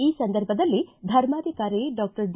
ಈ ಸಂದರ್ಭದಲ್ಲಿ ಧರ್ಮಾಧಿಕಾರಿ ಡಾಕ್ಟರ್ ಡಿ